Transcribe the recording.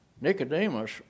Nicodemus